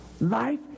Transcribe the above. Life